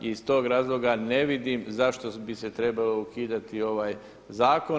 I iz tog razloga ne vidim zašto bi se trebao ukidati ovaj zakon.